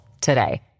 today